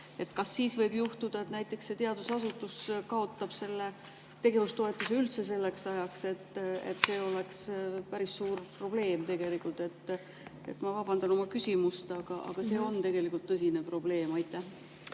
kas siis võib juhtuda, et see teadusasutus kaotab tegevustoetuse üldse selleks ajaks. See oleks päris suur probleem tegelikult. Ma vabandan oma küsimuse pärast, aga see on tõsine probleem. Aitäh!